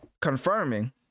confirming